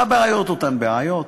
הבעיות אותן בעיות,